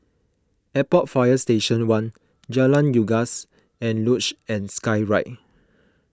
Airport Fire Station one Jalan Unggas and Luge and Skyride